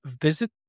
Visit